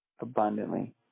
abundantly